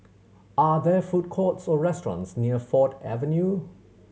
are there food courts or restaurants near Ford Avenue